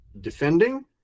defending